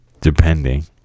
depending